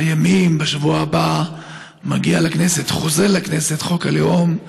בשבוע הבא מגיע לכנסת, חוזר לכנסת, חוק הלאום,